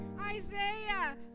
Isaiah